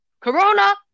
corona